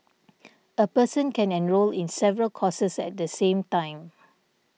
a person can enrol in several courses at the same time